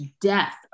death